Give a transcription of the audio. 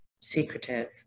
secretive